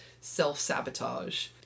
self-sabotage